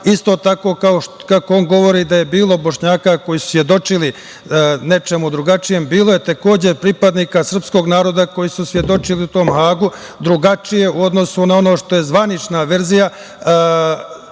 isto tako kako on govori da je bilo Bošnjaka koji su svedočili nečemu drugačijem. Bilo je takođe pripadnika srpskog naroda koji su svedočili u tom Hagu drugačije u odnosu na ono što je zvanična verzija,